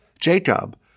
Jacob